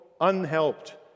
unhelped